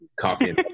coffee